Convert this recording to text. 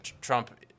Trump